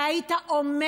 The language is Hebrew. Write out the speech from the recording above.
והיית אומר: